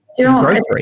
grocery